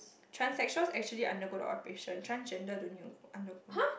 transexuals actually undergo the operation transgender don't need to go undergo